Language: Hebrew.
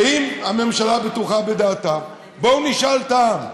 ואם הממשלה בטוחה בדעתה, בואו נשאל את העם.